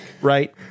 right